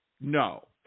No